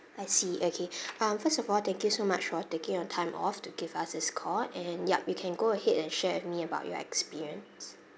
I see okay um first of all thank you so much for taking your time off to give us this call and yup you can go ahead and share with me about your experience